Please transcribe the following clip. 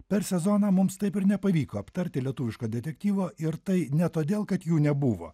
per sezoną mums taip ir nepavyko aptarti lietuviško detektyvo ir tai ne todėl kad jų nebuvo